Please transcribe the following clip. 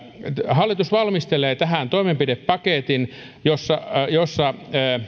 hallitus valmistelee tähän toimenpidepaketin jossa jossa